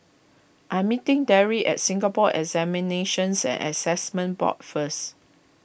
I am meeting Darry at Singapore Examinations and Assessment Board first